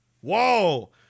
Whoa